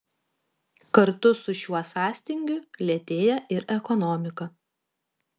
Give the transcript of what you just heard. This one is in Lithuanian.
kartu su šiuo sąstingiu lėtėja ir ekonomika